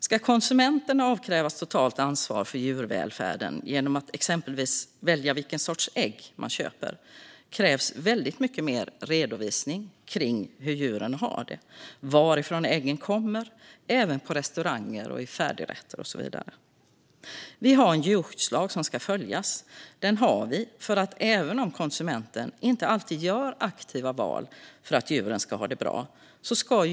Ska konsumenterna avkrävas totalt ansvar för djurvälfärden genom att exempelvis välja vilken sorts ägg de köper krävs väldigt mycket mer redovisning av hur djuren har det och varifrån äggen kommer - även på restauranger, i färdigrätter och så vidare. Vi har en djurskyddslag som ska följas, och den har vi för att djuren inte ska straffas även om konsumenten inte alltid gör aktiva val för att djuren ska ha det bra.